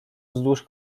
wzdłuż